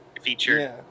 feature